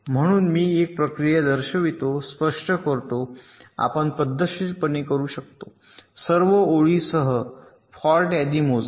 म्हणून मी एक प्रक्रिया दर्शवितो स्पष्ट करतो की आपण पद्धतशीरपणे करू शकतो सर्व ओळींसाठी फॉल्ट यादी मोजा